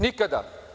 Nikada.